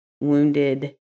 wounded